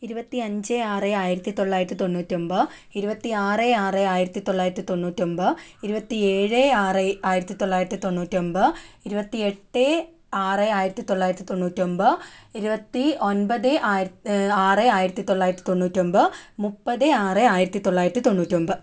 ഇരുപത്തി അഞ്ച് ആറ് ആയിരത്തി തൊള്ളായിരത്തി തൊണ്ണൂറ്റി ഒൻപത് ഇരുപത്തി ആറ് ആറ് ആയിരത്തി തൊള്ളായിരത്തി തൊണ്ണൂറ്റി ഒൻപത് ഇരുപത്തി ഏഴ് ആറ് ആയിരത്തി തൊള്ളായിരത്തി തൊണ്ണൂറ്റി ഒൻപത് ഇരുപത്തി എട്ട് ആറ് ആയിരത്തി തൊള്ളായിരത്തി തൊണ്ണൂറ്റി ഒൻപത് ഇരുപത്തി ഒൻപത് ആറ് ആയിരത്തി തൊള്ളായിരത്തി തൊണ്ണൂറ്റി ഒൻപത് മുപ്പത് ആറ് ആയിരത്തി തൊള്ളായിരത്തി തൊണ്ണൂറ്റി ഒൻപത്